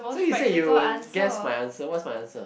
so you say you would guess my answer what's my answer